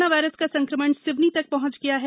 corona virus का संक्रमण सिवनी तक भी पहंच गया है